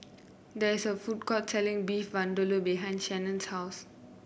there is a food court selling Beef Vindaloo behind Shannon's house